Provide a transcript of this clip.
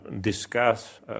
discuss